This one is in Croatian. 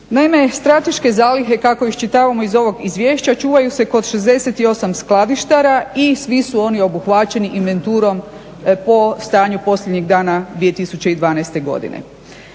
Naime, strateške zalihe kako iščitavamo iz ovog izvješća čuvaju se kod 68 skladištara i svi su oni obuhvaćeni inventurom po stanju posljednjih dana 2012. godine.